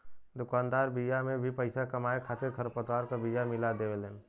दुकानदार बिया में भी पईसा कमाए खातिर खरपतवार क बिया मिला देवेलन